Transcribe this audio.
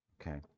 Okay